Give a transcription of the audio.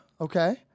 Okay